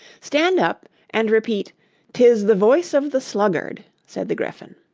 stand up and repeat tis the voice of the sluggard, said the gryphon.